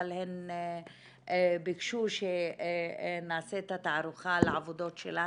אבל הן ביקשו שנעשה את התערוכה על העבודות שלהן,